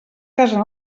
casen